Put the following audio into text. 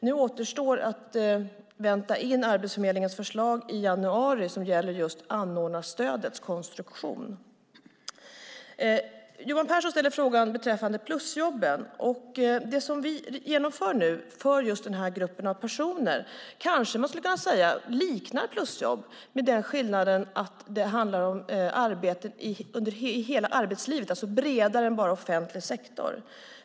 Nu återstår det att vänta in Arbetsförmedlingens förslag i januari som gäller just anordnarstödets konstruktion. Johan Andersson ställer frågan om plusjobben. Man kanske skulle kunna säga att det som vi nu genomför för just den här gruppen av personer liknar plusjobb, med den skillnaden att det handlar om arbete på hela arbetsmarknaden. Det är alltså bredare än bara offentlig sektor.